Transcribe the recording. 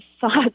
thoughts